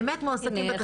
באמת מועסקים בתפקיד.